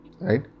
right